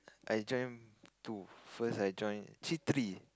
I join two first I join actually three